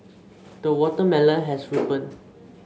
the watermelon has ripened